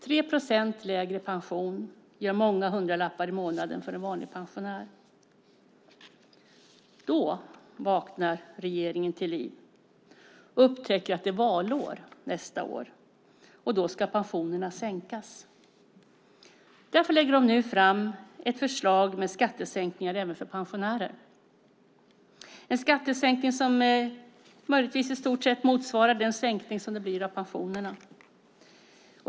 3 procents lägre pension innebär många hundralappar i månaden för en vanlig pensionär. Då vaknar regeringen till liv och upptäcker att det är valår nästa år. Då ska pensionerna sänkas. Därför lägger de nu fram ett förslag med skattesänkningar även för pensionärer. Det är en skattesänkning som möjligen i stort motsvarar sänkningen av pensionerna.